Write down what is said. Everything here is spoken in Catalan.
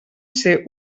ser